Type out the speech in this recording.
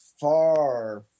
far